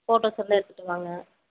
photos இருந்தால் எடுத்துகிட்டு வாங்க